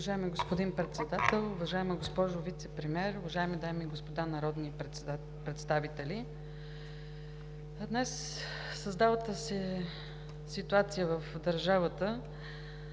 Уважаеми господин Председател, уважаема госпожо Вицепремиер, уважаеми дами и господа народни представители! Днес в създалата се ситуация в държавата,